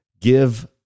give